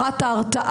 סליחה.